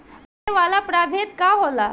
फैले वाला प्रभेद का होला?